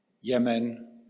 Yemen